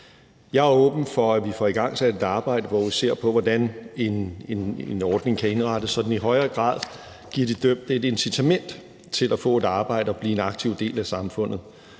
Jeg er åben for, at vi får igangsat et arbejde, hvor vi ser på, hvordan en ordning kan indrettes, så den i højere grad giver de dømte et incitament til at få et arbejde og blive en aktiv del af samfundet,